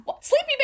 sleepy